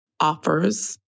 offers